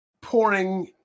pouring